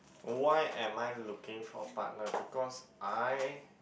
why am I looking for partner because I